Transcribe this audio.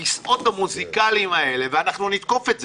הכיסאות המוזיקליים האלה, ואנחנו נתקוף את זה.